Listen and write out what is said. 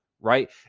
right